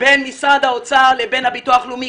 בין משרד האוצר לבין הביטוח הלאומי,